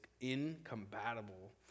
incompatible